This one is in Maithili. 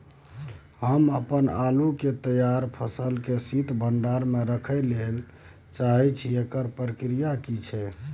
हम अपन आलू के तैयार फसल के शीत भंडार में रखै लेल चाहे छी, एकर की प्रक्रिया छै?